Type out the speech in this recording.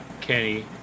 Kenny